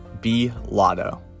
B-Lotto